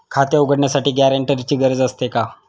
खाते उघडण्यासाठी गॅरेंटरची गरज असते का?